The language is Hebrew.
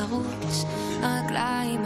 ברשות יושב-ראש הישיבה,